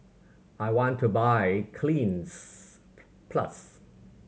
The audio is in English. I want to buy Cleanz plus